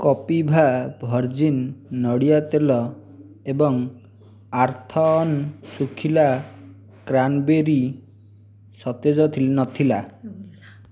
କପିଭା virgin ନଡ଼ିଆ ତେଲ ଏବଂ ଆର୍ଥ୍ଅନ୍ ଶୁଖିଲା କ୍ରାନ୍ବେରୀ ସତେଜ ନଥିଲା